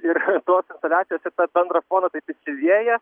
ir tos instaliacijos ir tas bendras fonas taip įsilieja